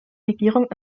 regierung